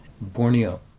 borneo